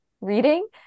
reading